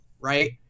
right